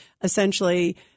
essentially